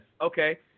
okay